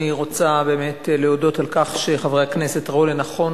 אני רוצה באמת להודות על כך שחברי הכנסת ראו לנכון